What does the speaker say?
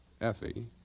Effie